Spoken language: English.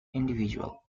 individual